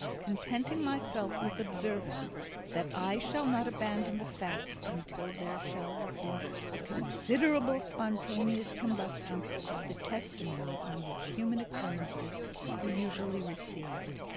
contenting myself with observing that i shall not abandon the facts until there shall have been a considerable spontaneous combustion of the testimony on which human occurrences are usually received.